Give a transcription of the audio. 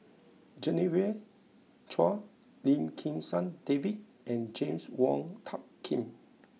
Genevieve Chua Lim Kim San David and James Wong Tuck Yim